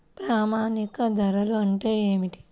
ప్రామాణిక ధరలు అంటే ఏమిటీ?